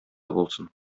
булсын